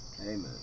Amen